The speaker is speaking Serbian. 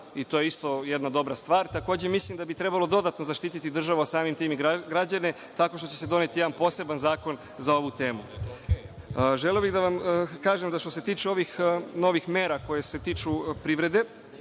i to je isto jedna dobra stvar. Takođe mislim da bi trebalo dodatno zaštiti državu, a samim tim i građane, tako što će se doneti jedan poseban zakon za ovu temu. Želeo bih da vam kažem da što se tiče ovih novih mera koje se tiču privrede,